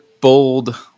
bold